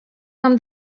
mam